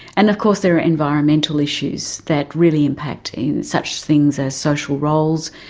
and of course there are environmental issues that really impact in such things as social roles,